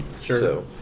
Sure